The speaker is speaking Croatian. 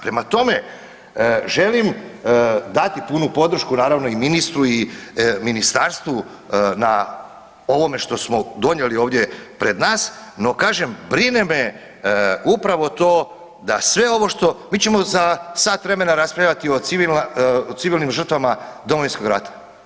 Prema tome, želim dati punu podršku naravno i ministru i ministarstvu na ovome što smo donijeli ovdje pred nas, no kažem brine me upravo to da sve ovo što, mi ćemo za sat vremena raspravljati o civilnim žrtvama Domovinskog rata.